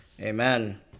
Amen